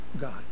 God